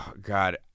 God